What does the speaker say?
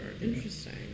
interesting